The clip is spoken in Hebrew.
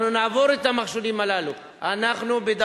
אנחנו נעבור את המכשולים הללו.